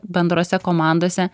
bendrose komandose